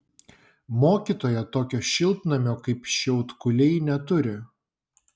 mokytoja tokio šiltnamio kaip šiaudkuliai neturi